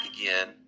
again